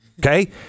Okay